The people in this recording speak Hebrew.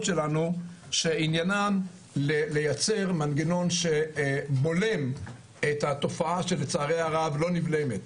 שלנו שעניינן לייצר מנגנון שבולם את התופעה שלצערי הרב לא נבלמת.